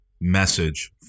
message